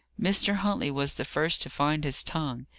mr. huntley was the first to find his tongue.